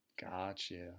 Gotcha